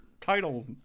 title